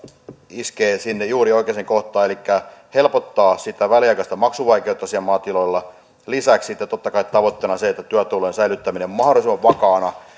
iskee juuri sinne oikeaan kohtaan elikkä helpottaa väliaikaista maksuvaikeutta siellä maatiloilla lisäksi sitten totta kai tavoitteena on työtulojen säilyttäminen mahdollisimman vakaina